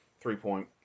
three-point